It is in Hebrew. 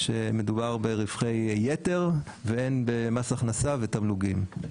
שמדובר ברווחי יתר, והן במס הכנסה ותמלוגים.